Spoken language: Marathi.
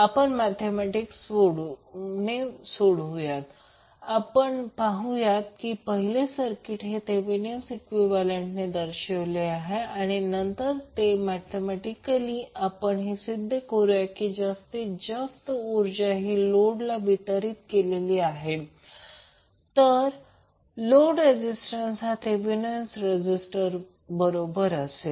आपण गणिताने सोडवू या आणि पाहूया पहिले सर्किट हे थेवेनिन इक्विवैलेन्टने दर्शविले आहे आणि नंतर गणिताने आपण हे सिद्ध करू की जास्तीत जास्त ऊर्जा हि लोडला वितरीत केलेली आहे जर लोड रेझीस्टंस हा थेवेनिन रेझीस्टंस बरोबर असेल